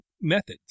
methods